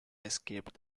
escaped